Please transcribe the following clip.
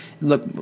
look